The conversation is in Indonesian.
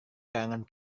karangan